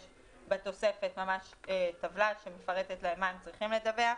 יש בתוספת טבלה שמפרטת להם מה הם צריכים לדווח,